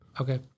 Okay